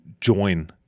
join